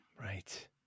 Right